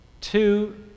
two